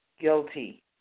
guilty